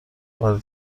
بار